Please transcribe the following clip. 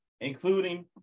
including